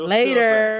Later